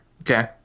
Okay